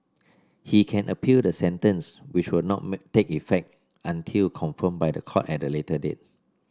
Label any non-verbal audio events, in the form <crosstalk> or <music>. he can appeal the sentence which will not <unintelligible> take effect until confirmed by the court at a later date